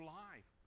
life